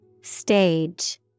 Stage